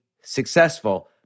successful